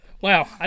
wow